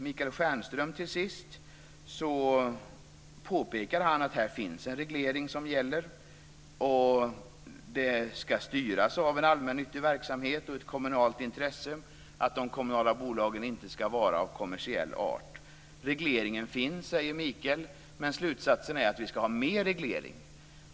Michael Stjernström påpekade att här finns en reglering, som gäller för en allmännyttig verksamhet och ett kommunalt intresse, och de kommunala bolagen skall inte vara av kommersiell art. Regleringen finns, sade Michael Stjernström, men slutsatsen var ändå att vi skall ha mer reglering.